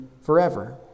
forever